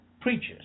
preachers